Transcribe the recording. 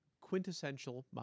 quintessential